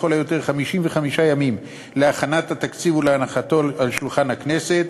לכל היותר 55 ימים להכנת התקציב ולהנחתו על שולחן הכנסת,